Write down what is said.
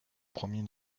premiers